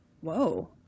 Whoa